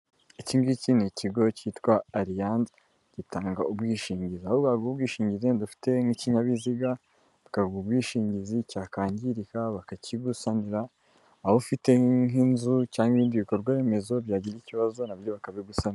Iki ngiki ni ikigo cyitwa Allianz gitanga ubwishingizi, aho baguha ubwishingizi ufite nk'ikinyabiziga, bakaguha ubwishingizi cyakangirika bakakibusanira, waba ufite nk'inzu cyangwa ibindi bikorwaremezo, byagira ikibazo na byo bakabigusanira.